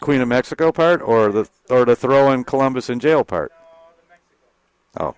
queen of mexico part or the sort of throw in columbus in jail part oh